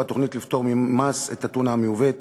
התוכנית לפטור ממס על הטונה המיובאת.